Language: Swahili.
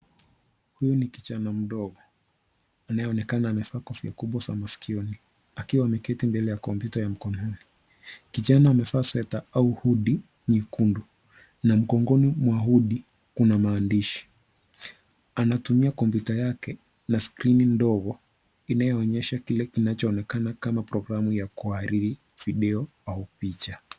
Huyu ni kijana mdogo anayeonekana amevaa kofia kubwa vya maskioni akiwa ameketi mbele ya kompyuta ya mkononi. Kijana amevaa sweta au hoodie nyekundu na mgogoni mwa hoodie kuna maandishi. Anatumia kompyuta yake na skrini ndogo inayoonyesha kile kinachoonekana kama programu kuariri video au picha.